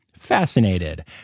fascinated